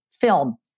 film